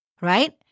right